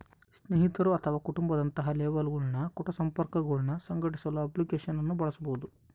ಸ್ನೇಹಿತರು ಅಥವಾ ಕುಟುಂಬ ದಂತಹ ಲೇಬಲ್ಗಳ ಕುಟ ಸಂಪರ್ಕಗುಳ್ನ ಸಂಘಟಿಸಲು ಅಪ್ಲಿಕೇಶನ್ ಅನ್ನು ಬಳಸಬಹುದು